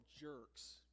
jerks